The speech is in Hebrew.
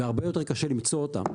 והרבה יותר קשה למצוא אותם.